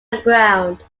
aground